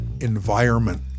environment